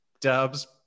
Dubs